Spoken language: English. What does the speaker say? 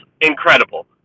incredible